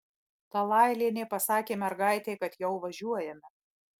talailienė pasakė mergaitei kad jau važiuojame